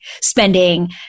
spending